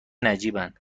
نجیبن